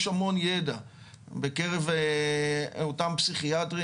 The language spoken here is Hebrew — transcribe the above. יש המון ידע בקרב אותם פסיכיאטרים.